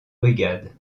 brigade